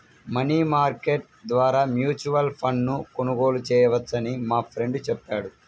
money market ద్వారా mutual ఫండ్ను కొనుగోలు చేయవచ్చని మా ఫ్రెండు చెప్పాడు